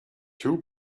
two